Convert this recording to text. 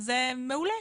זה מעולה,